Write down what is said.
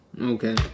Okay